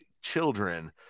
children